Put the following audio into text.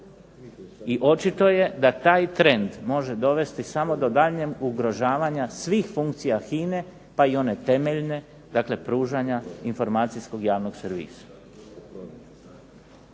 I očito je da taj trend može dovesti samo do daljnjeg ugrožavanja svih funkcija HINA-e, pa i one temeljne, dakle pružanja informacijskog javnog servisa.